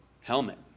helmet